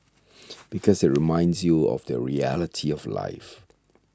because it reminds you of the reality of life